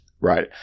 right